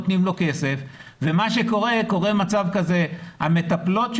נותנים לו כסף וקורה שהמטפלות שלנו,